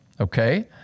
Okay